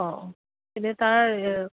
অঁ এনেই তাৰ